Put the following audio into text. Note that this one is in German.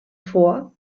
vor